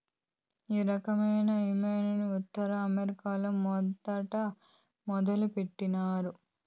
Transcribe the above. ఈ రకమైన ఇన్సూరెన్స్ ఉత్తర అమెరికాలో మొదట మొదలుపెట్టినారు